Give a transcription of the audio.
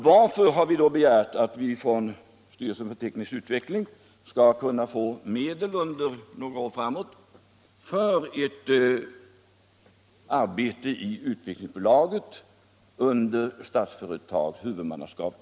Varför har vi då begärt att från STU några år framåt få medel för ett arbete i Utvecklingsaktiebolaget under Statsföretags huvudmannaskap?